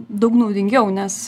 daug naudingiau nes